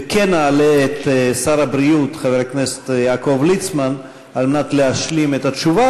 וכן נעלה את שר הבריאות חבר הכנסת יעקב ליצמן על מנת להשלים את התשובה,